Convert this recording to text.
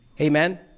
Amen